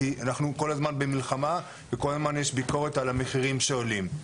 כי אנחנו כל הזמן במלחמה וכל הזמן יש ביקורת על המחירים שעולים.